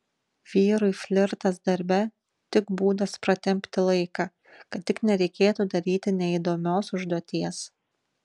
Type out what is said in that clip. vyrui flirtas darbe tik būdas pratempti laiką kad tik nereikėtų daryti neįdomios užduoties